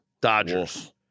Dodgers